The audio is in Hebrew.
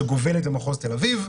שגובלת במחוז תל אביב,